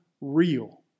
real